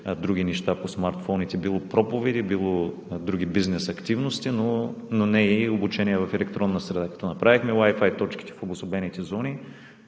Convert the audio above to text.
други неща по смартфоните – било проповеди, било бизнес активности, но не и обучение в електронна среда. Като направихме Wi-Fi точките в обособените зони,